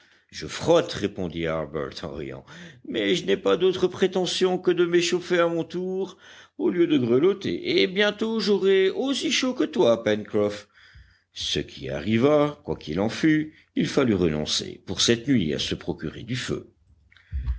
je frotte répondit harbert en riant mais je n'ai pas d'autre prétention que de m'échauffer à mon tour au lieu de grelotter et bientôt j'aurai aussi chaud que toi pencroff ce qui arriva quoi qu'il en fût il fallut renoncer pour cette nuit à se procurer du feu